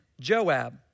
Joab